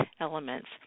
elements